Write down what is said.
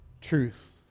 truth